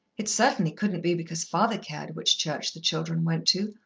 it certainly couldn't be because father cared which church the children went to,